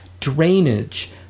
drainage